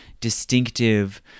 distinctive